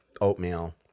oatmeal